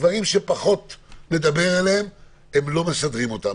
דברים שפחות מדברים אליהם, הם לא מסדרים אותם.